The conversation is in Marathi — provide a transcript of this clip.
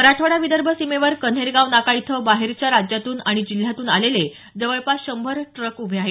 मराठवाडा विदर्भ सिमेवर कन्हेरगाव नाका इथं बाहेरच्या राज्यातून आणि जिल्ह्यातून आलेले जवळपास शंभर ट्रक उभे आहेत